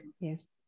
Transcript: yes